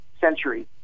century